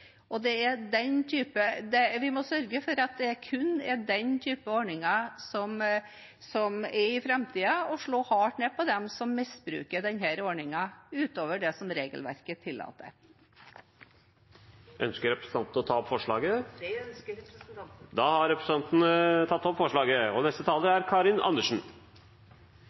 og vi må sørge for at det kun er den typen ordninger som er i framtida, og slå hardt ned på dem som misbruker denne ordningen, utover det som regelverket tillater. Ønsker representanten å ta opp forslaget? Det ønsker representanten. Da har representanten Heidi Greni tatt opp det forslaget hun refererte til. Da tar jeg opp forslagene fra SV i innstillingen. Slik aupairordningen er